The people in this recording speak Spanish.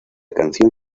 canción